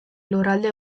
lurralde